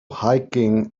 hiking